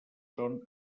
són